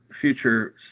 future